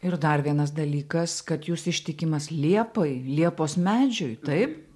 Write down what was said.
ir dar vienas dalykas kad jūs ištikimas liepai liepos medžiui taip